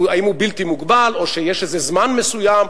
האם הוא בלתי מוגבל או שיש איזה זמן מסוים.